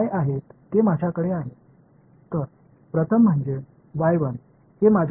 எனவே என்னிடம் ஒரு மற்றும் இங்கே இரண்டு வாதங்கள் என்னிடம் இருக்கும்